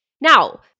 Now